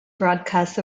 broadcasts